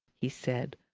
he said,